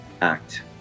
act